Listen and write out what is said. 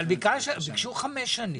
ביקשו חמש שנים.